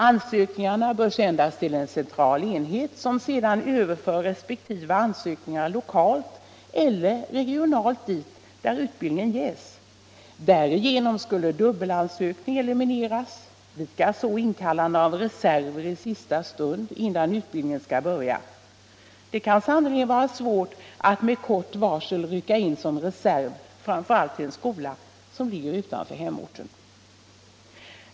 Ansökningarna bör sändas till en central enhet, som sedan överför resp. ansökningar lokalt eller regionalt dit där utbildningen ges. Därigenom skulle dubbelansökningar elimineras, likaså inkallande av reserver i sista stund innan utbildningen skall börja. Det kan sannerligen vara svårt att med kort varsel rycka in som reserv framför allt till en skola som ligger utanför hemorten.